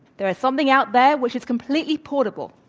there is something out there which is completely portable